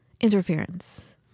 interference